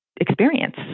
experience